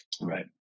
Right